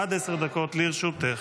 עד עשר דקות לרשותך.